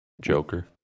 Joker